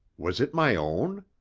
was it my own?